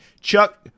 Chuck